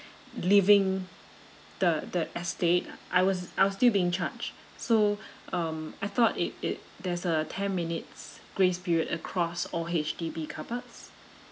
leaving the the estate I was I was still being charged so um I thought it it there's a ten minutes grace period across all H_D_B car parks